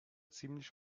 ziemlich